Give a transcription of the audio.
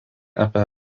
apie